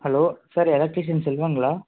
hello sir electrician செல்வங்களா